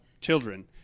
children